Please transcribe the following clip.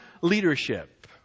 Leadership